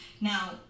Now